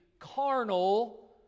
Carnal